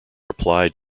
applied